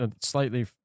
slightly